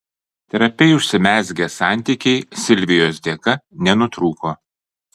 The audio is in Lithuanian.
trapiai užsimezgę santykiai silvijos dėka nenutrūko